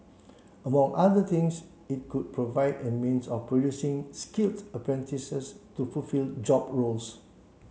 among other things it could provide a means of producing skilled apprentices to fulfil job roles